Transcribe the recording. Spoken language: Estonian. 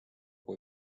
kui